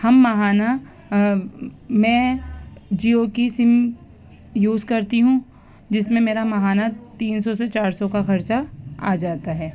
ہم ماہانہ میں جیو کی سم یوز کرتی ہوں جس میں میرا ماہانہ تین سو سے چار سو کا خرچہ آ جاتا ہے